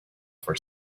for